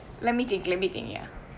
let me think let me think ya